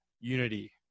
unity